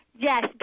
Yes